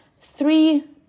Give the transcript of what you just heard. three